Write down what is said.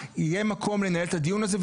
יהיה מקום לנהל את הדיון הזה,